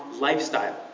lifestyle